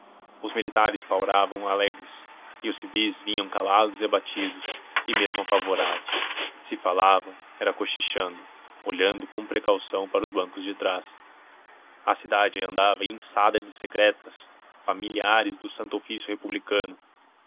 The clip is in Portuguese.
os militares palravam alegres e os civis vinham calados e abatidos e mesmo apavorados se falavam era cochichando olhando com precaução para os bancos de trás a cidade andava inçada de secretas familiares do santo ofício republicano